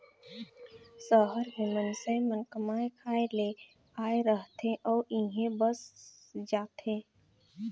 सहर में मइनसे मन कमाए खाए ले आए रहथें अउ इहें बइस जाथें